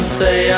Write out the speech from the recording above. say